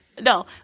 No